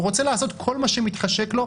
שרוצים לעשות כל מה שמתחשק להם,